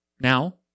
Now